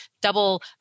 double